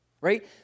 Right